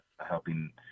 helping